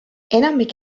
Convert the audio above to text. enamik